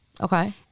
Okay